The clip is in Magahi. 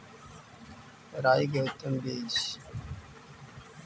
राई के उतम बिज?